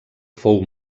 fou